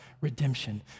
redemption